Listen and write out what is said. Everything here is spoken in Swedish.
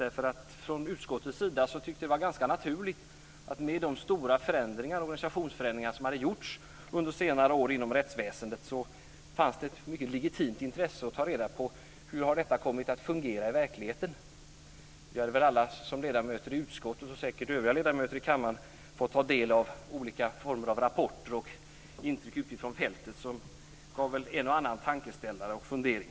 Vi tyckte från utskottets sida med tanke på de stora organisationsförändringar som gjorts under senare år inom rättsväsendet att det fanns ett legitimt intresse av att ta reda på hur förändringarna hade kommit att fungera i verkligheten. Alla ledamöter i utskottet och säkert också övriga ledamöter i kammaren har fått ta del av olika rapporter och intryck från fältet, som nog lett till en och annan tankeställare och fundering.